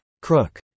Crook